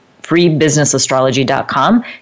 freebusinessastrology.com